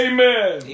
Amen